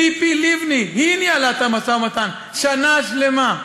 ציפי לבני, היא ניהלה את המשא-ומתן הזה, שנה שלמה.